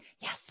yes